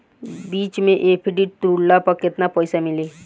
बीच मे एफ.डी तुड़ला पर केतना पईसा मिली?